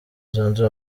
zunze